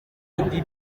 indi